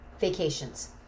vacations